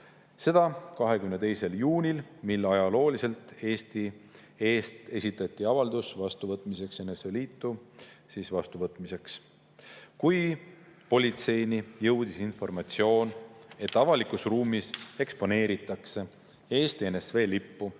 Seda 22. juulil, mil ajalooliselt Eesti eest esitati avaldus NSV Liitu astumiseks. Kui politseini jõudis informatsioon, et avalikus ruumis eksponeeritakse Eesti NSV lippu,